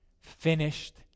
finished